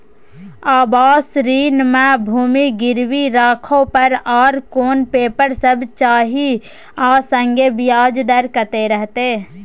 आवास ऋण म भूमि गिरवी राखै पर आर कोन पेपर सब चाही आ संगे ब्याज दर कत्ते रहते?